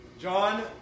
John